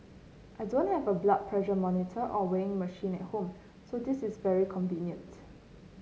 I don't have a blood pressure monitor or weighing machine at home so this is very convenient